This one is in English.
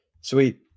sweet